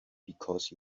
because